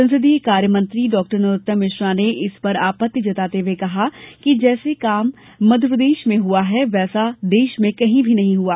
संसदीय कार्य मंत्री डॉ नरोत्तम भिश्रा ने इस पर आपत्ति जताते हुए कहा कि जैसे काम मध्यप्रदेश में हुआ है वैसा देश में कहीं नहीं हुआ